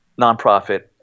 nonprofit